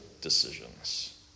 decisions